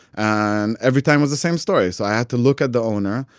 and every time was the same story. so i had to look at the owner,